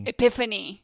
Epiphany